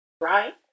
Right